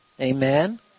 Amen